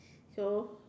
so